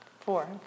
Four